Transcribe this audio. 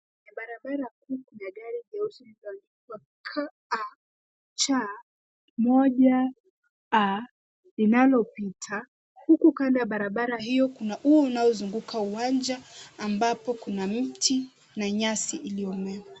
Kwenye barabara kuu kuna gari jeusi lililoandikwa KAC 1A linalopita huku kando ya barabara hiyo kuna ua unaozunguka uwanja ambapo kuna mti na nyasi uliomea.